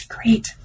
Great